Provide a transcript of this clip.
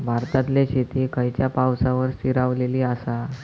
भारतातले शेती खयच्या पावसावर स्थिरावलेली आसा?